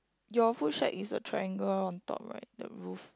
your food shack is a triangle on top right the roof